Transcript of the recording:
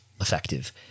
effective